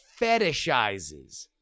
fetishizes